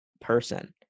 person